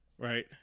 Right